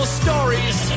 stories